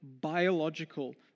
biological